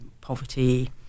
poverty